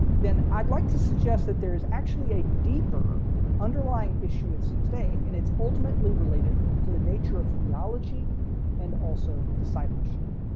then i'd like to suggest that there's actually a deeper underlying issue at stake, and it's ultimately related to the nature of theology and also discipleship.